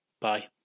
Bye